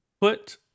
put